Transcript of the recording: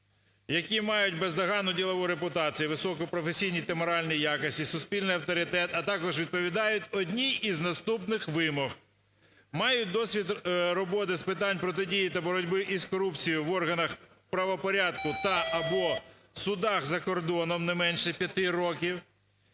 які мають бездоганну ділову репутацію, високі професійні та моральні якості, суспільний авторитет, а також відповідають одній із наступних вимог: мають досвід роботи з питань протидії та боротьби із корупцією в органах правопорядку та/або в судах за кордоном не менше 5 років;